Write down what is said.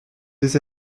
des